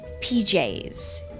PJs